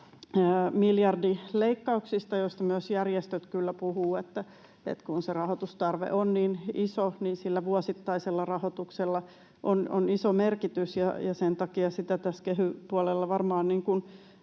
miljardileikkauksista, joista kyllä myös järjestöt puhuvat. Kun rahoitustarve on niin iso, niin sillä vuosittaisella rahoituksella on iso merkitys, ja sen takia se tässä kehy-puolella — varmaan